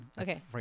Okay